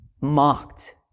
mocked